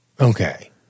Okay